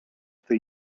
tej